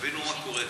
תבינו מה קורה כאן.